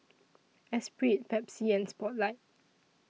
Espirit Pepsi and Spotlight